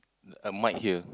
a mike here